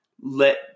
let